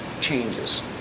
changes